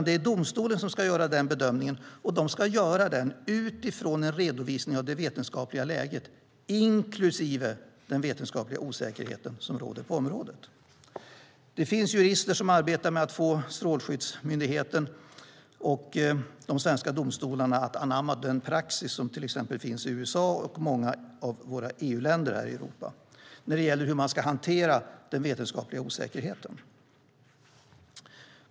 Det är domstolen som ska göra den bedömningen och ska göra den utifrån en redovisning av det vetenskapliga läget inklusive den vetenskapliga osäkerhet som råder på området. Det finns jurister som arbetar med att få Strålsäkerhetsmyndigheten och de svenska domstolarna att anamma den praxis som finns i till exempel USA och många av EU-länderna när det gäller hur man ska hantera den vetenskapliga osäkerheten.